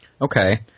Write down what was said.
Okay